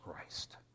Christ